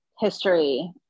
history